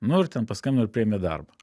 nu ir ten paskambinau ir priėmė į darbą